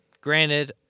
granted